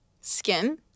Skin